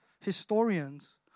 Historians